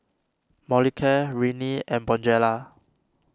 Molicare Rene and Bonjela